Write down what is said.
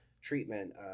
treatment